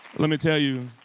let me tell you,